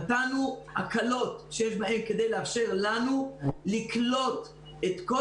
נתנו הקלות שיש בהן כדי לאפשר לנו לקלוט את כל